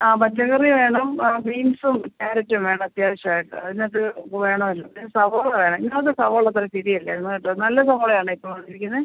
ആ പച്ചക്കറി വേണം ആ ബീൻസും ക്യാരറ്റും വേണം അത്യാവശ്യമായിട്ട് അതിനകത്ത് വേണമായിരുന്നു പിന്നെ സവോള വേണം ഇന്നലത്തെ സവോള അത്ര ശരി അല്ലായിരുന്നു കേട്ടൊ നല്ല സവോളയാണോ ഇപ്പോൾ വന്നിരിക്കുന്നത്